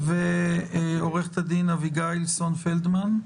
ועו"ד אביגיל סון-פלדמן,